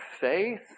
faith